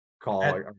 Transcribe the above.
Call